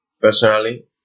personally